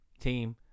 team